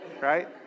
right